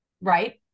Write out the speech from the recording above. Right